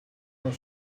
not